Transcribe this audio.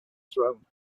throne